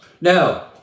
Now